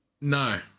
No